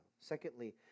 Secondly